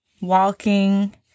walking